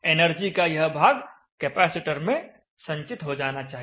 energy का यह भाग कैपेसिटर में संचित हो जाना चाहिए